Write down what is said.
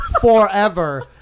forever